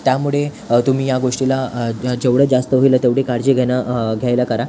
त्यामुळे तुम्ही या गोष्टीला जेवढं जास्त होईल तेवढं काळजी घेणं घ्यायला करा